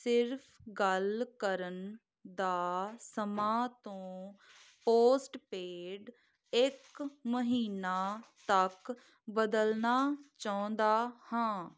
ਸਿਰਫ਼ ਗੱਲ ਕਰਨ ਦਾ ਸਮਾਂ ਤੋਂ ਪੋਸਟਪੇਡ ਇੱਕ ਮਹੀਨਾ ਤੱਕ ਬਦਲਣਾ ਚਾਹੁੰਦਾ ਹਾਂ